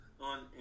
On